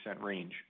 range